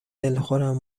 دلخورم